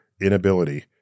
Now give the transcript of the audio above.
inability